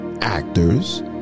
actors